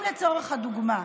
אם, לצורך הדוגמה,